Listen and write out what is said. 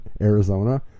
Arizona